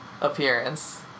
appearance